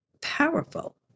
powerful